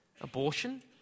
abortion